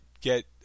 get